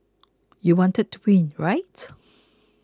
you wanted to win rights